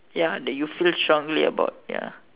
ya that you feel strongly about ya